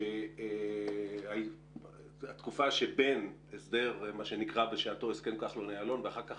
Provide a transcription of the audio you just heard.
בין ההסדר שנקרא בשעתו הסכם כחלון יעלון, ואחר כך